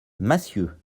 massieux